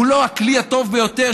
הוא לא הכלי הטוב ביותר,